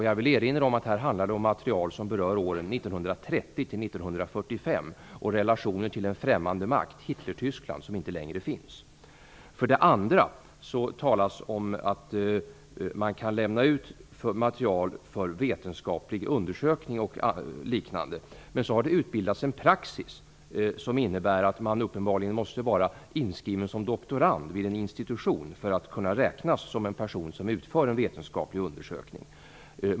Jag vill erinra om att det här handlar om material som berör åren 1930-1945 och relationer till en främmande makt, Hitler-Tyskland, som inte längre finns. För det andra talas det om att material för vetenskaplig undersökning och liknande kan lämnas ut. Men så har det utbildats en praxis, som innebär att man uppenbarligen måste vara inskriven som doktorand vid en institution för att kunna räknas som en person som utför en vetenskaplig undersökning.